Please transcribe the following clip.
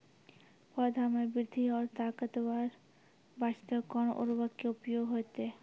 पौधा मे बृद्धि और ताकतवर बास्ते कोन उर्वरक के उपयोग होतै?